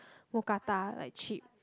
Mookata like cheap